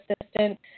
assistant